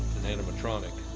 an animatronic.